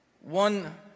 One